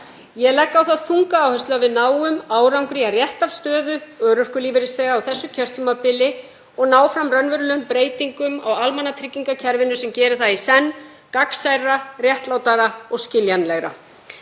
Ég legg á það þunga áherslu að við náum árangri í að rétta af stöðu örorkulífeyrisþega á þessu kjörtímabili og ná fram raunverulegum breytingum á almannatryggingakerfinu sem geri það í senn gagnsærra, réttlátara og skiljanlegra.